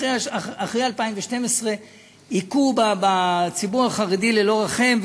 אחרי 2012 הכו בציבור החרדי ללא רחם,